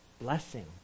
blessing